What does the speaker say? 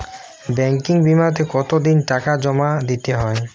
Banking বিমাতে কত দিন টাকা জমা দিতে হয়?